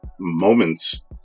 moments